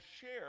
share